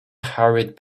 hurried